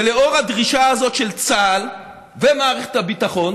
ולאור הדרישה הזאת של צה"ל ומערכת הביטחון